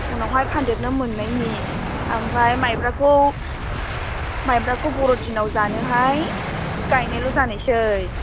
उनावहाय फान्देरनो मोननायनि ओमफ्राय माइब्राखौ माइब्राखौ बर'दिनाव जानोहाय गायनोल' जानायसै